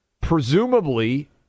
presumably